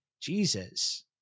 Jesus